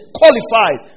qualified